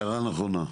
הערה נכונה.